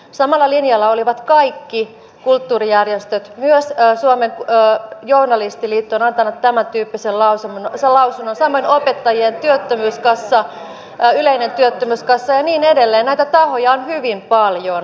samalla linjalla olivat kaikki kulttuurijärjestöt myös suomen journalistiliitto on antanut tämäntyyppisen lausunnon samoin opettajien työttömyyskassa yleinen työttömyyskassa ja niin edelleen näitä tahoja on hyvin paljon